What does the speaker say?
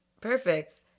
perfect